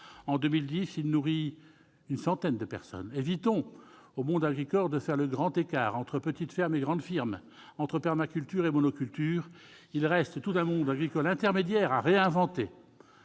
En 2010, il en nourrit une centaine. Évitons au monde agricole de faire le grand écart entre petites fermes et grandes firmes, entre permaculture et monoculture. Il reste tout un monde agricole intermédiaire à réinventer.